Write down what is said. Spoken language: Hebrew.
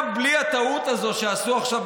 גם בלי הטעות הזאת שעשו עכשיו,